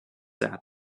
said